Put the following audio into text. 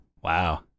Wow